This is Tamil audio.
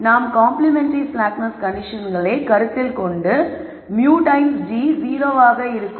ஆகவே நாம் காம்ப்ளிமென்டரி ஸ்லாக்னஸ் கண்டிஷன்களை கருத்தில் கொண்டால் μ டைம்ஸ் g 0 ஆக இருக்கும்